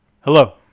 Hello